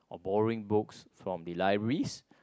or borrowing books from the libraries